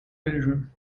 belgium